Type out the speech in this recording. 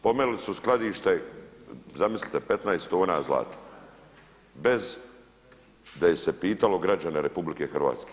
Pomeli su skladište, zamislite 15 tona zlata bez da se pitalo građane RH.